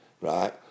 right